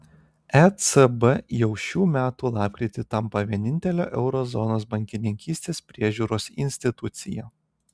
ecb jau šių metų lapkritį tampa vienintele euro zonos bankininkystės priežiūros institucija